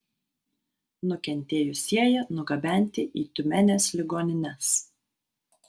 nukentėjusieji nugabenti į tiumenės ligonines